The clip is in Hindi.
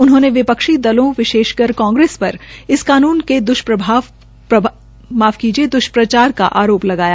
उन्होंने विपक्षी दलों विशेषकर कांग्रेस पर इस कानून के द्ष्प्रचार का आरोप लगाया